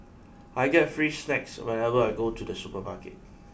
I get free snacks whenever I go to the supermarket